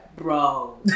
Bro